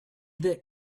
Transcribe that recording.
that